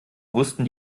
wussten